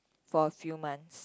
for a few months